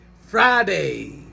Friday